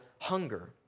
hunger